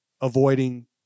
avoiding